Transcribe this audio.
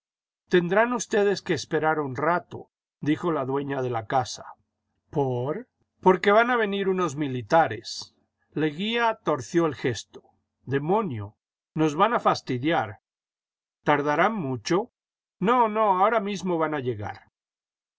tendrán ustedes que esperar un rato dijo la dueíia de la casa por porque van a venir unos militares leguía torció el gesto i demonio nos van a fastidiar tardarán mucho no no ahora mismo van a llegar